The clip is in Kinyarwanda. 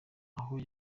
aho